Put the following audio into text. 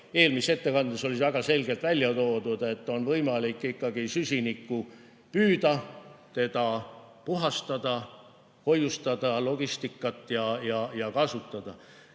Eelmises ettekandes oli väga selgelt välja toodud, et on võimalik ikkagi süsinikku püüda, seda puhastada, hoiustada, transportida ja kasutada.